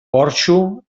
porxo